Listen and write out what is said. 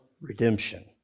redemption